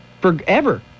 forever